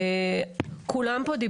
כולם פה,